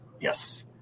yes